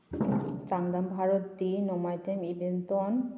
Chandam Barti Nongmaithem Ibenton